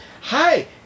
Hi